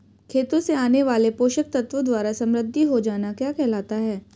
खेतों से आने वाले पोषक तत्वों द्वारा समृद्धि हो जाना क्या कहलाता है?